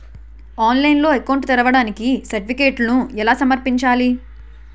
ఆన్లైన్లో అకౌంట్ ని తెరవడానికి సర్టిఫికెట్లను ఎలా సమర్పించాలి?